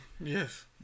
Yes